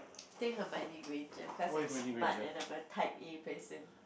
think Hermione Granger cause I'm smart and I'm a type A person